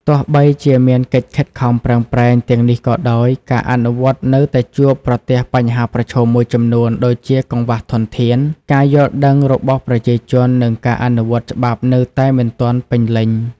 ទោះបីជាមានកិច្ចខិតខំប្រឹងប្រែងទាំងនេះក៏ដោយ ការអនុវត្តនៅតែជួបប្រទះបញ្ហាប្រឈមមួយចំនួន ដូចជាកង្វះធនធាន ការយល់ដឹងរបស់ប្រជាជន និងការអនុវត្តច្បាប់នៅតែមិនទាន់ពេញលេញ ។